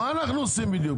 מה אנחנו עושים בדיוק?